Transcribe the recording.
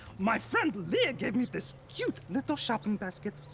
my friend lia gave me this cute, little shopping basket.